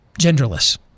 genderless